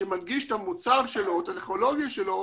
שמנגיש את המוצר שלו או את הטכנולוגיה שלו,